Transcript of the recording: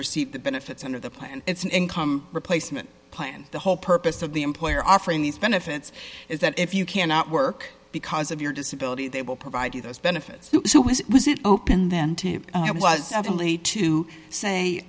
receive benefits under the plan it's an income replacement plan the whole purpose of the employer offering these benefits is that if you cannot work because of your disability they will provide you those benefits so was it was it open then it was only to